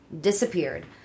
disappeared